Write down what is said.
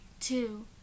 two